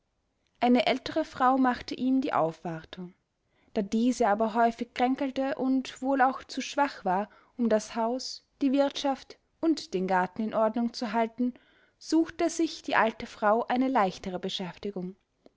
eine ältere frau machte ihm die aufwartung da diese aber häufig kränkelte und wohl auch zu schwach war um das haus die wirtschaft und den garten in ordnung zu halten suchte sich die alte frau eine leichtere beschäftigung